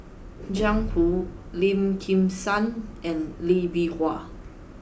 Jiang Hu Lim Kim San and Lee Bee Wah